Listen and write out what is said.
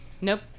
Nope